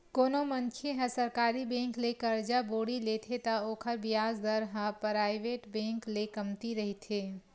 कोनो मनखे ह सरकारी बेंक ले करजा बोड़ी लेथे त ओखर बियाज दर ह पराइवेट बेंक ले कमती रहिथे